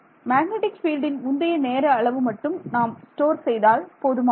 magnetic பீல்டின் முந்தைய நேர அளவு மட்டும் நாம் ஸ்டோர் செய்தால் போதுமானது